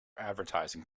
advertising